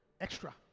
extra